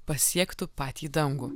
pasiektų patį dangų